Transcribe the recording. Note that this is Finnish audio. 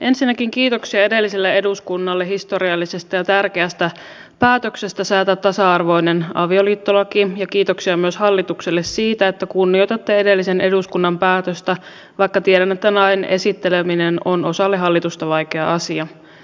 ensinnäkin kiitoksia edelliselle eduskunnalle historiallisesta ja tärkeästä päätöksestä säätää tasa arvoinen avioliittolaki ja kiitoksia myös hallitukselle siitä että kunnioitatte edellisen eduskunnan päätöstä vaikka tiedän että lain esitteleminen on osalle hallitusta vaikea asia